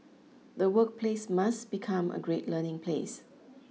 the workplace must become a great learning place